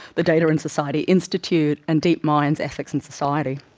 the data and society institute, and deep mind's ethics and society.